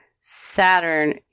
Saturn